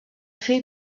fill